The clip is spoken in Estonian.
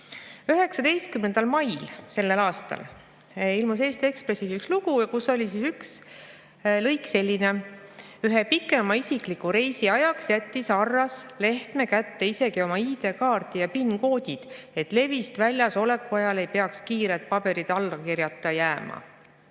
19. mail sellel aastal ilmus Eesti Ekspressis üks lugu, kus oli üks lõik selline: "Ühe pikema isikliku reisi ajaks jättis Arras Lehtme kätte isegi oma ID‑kaardi ja PIN‑koodid, et levist väljas oleku ajal ei peaks kiired paberid allkirjata jääma."